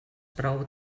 prou